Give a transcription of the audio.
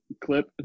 clip